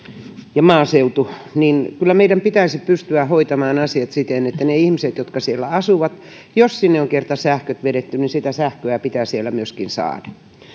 ja maaseutu kyllä meidän pitäisi pystyä hoitamaan asiat siten että niiden ihmisten jotka siellä asuvat jos sinne on kerta sähköt vedetty sitä sähköä pitää siellä myöskin saada